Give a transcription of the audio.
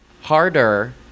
harder